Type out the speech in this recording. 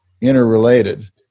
interrelated